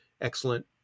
excellent